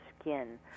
skin